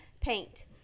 paint